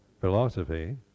philosophy